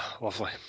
lovely